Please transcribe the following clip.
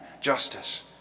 justice